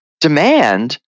demand